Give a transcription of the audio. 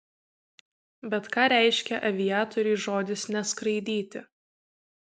bet ką reiškia aviatoriui žodis neskraidyti